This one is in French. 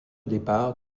départ